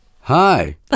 Hi